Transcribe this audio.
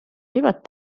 võivad